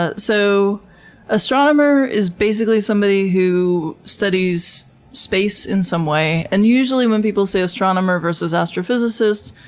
ah so astronomer is basically somebody who studies space in some way. and usually when people say astronomer versus astrophysicist,